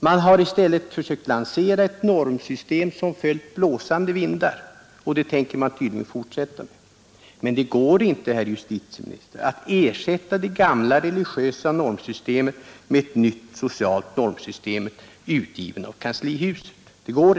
Man har i stället försökt lansera ett normsystem som följt blåsande vindar — och det tänker man tydligen fortsätta med. Men det går inte, herr justitieminister, att ersätta det gamla religiösa normsystemet med ett nytt socialt normsystem, utgivet av kanslihuset.